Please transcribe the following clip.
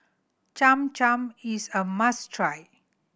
Cham Cham is a must try